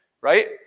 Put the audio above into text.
right